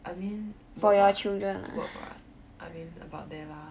I mean work lah work lah I mean about there lah